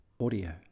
audio